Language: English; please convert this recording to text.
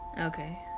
Okay